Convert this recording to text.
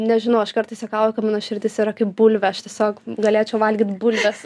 nežinau aš kartais juokauju kad mano širdis yra kaip bulvė aš tiesiog galėčiau valgyt bulves